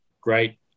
great